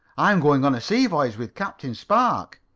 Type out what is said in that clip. i'm going on a sea voyage with captain spark.